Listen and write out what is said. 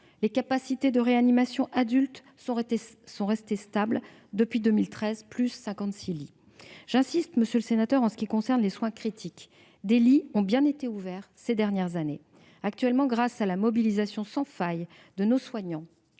et celles de réanimation pour les adultes sont restées stables depuis 2013, à plus 56 lits. J'insiste, monsieur le sénateur, sur les soins critiques. Des lits ont bien été ouverts ces dernières années. Actuellement, grâce à la mobilisation sans faille de nos soignants-